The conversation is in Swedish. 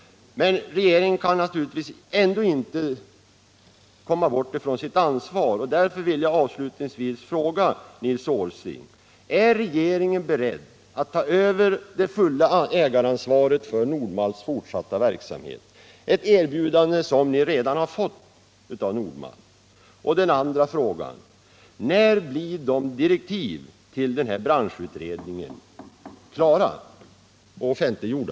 Men regeringen kan naturligtvis inte komma ifrån sitt ansvar. Därför vill jag avslutningsvis fråga Nils Åsling: Är regeringen beredd att ta över det fulla ägaransvaret för Nord-Malts fortsatta verksamhet, ett erbjudande som ni redan har fått? Och när blir direktiven till branschutredningen klara och offentliggjorda?